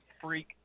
freak